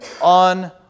on